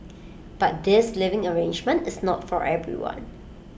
but this living arrangement is not for everyone